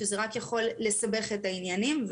שזה רק יכול לסבך את העניינים.